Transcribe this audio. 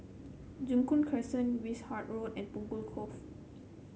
Joo Koon Crescent Wishart Road and Punggol Cove